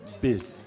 Business